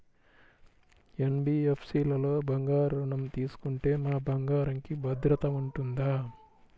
NBFC లలో బంగారు ఋణం తీసుకుంటే మా బంగారంకి భద్రత ఉంటుందా?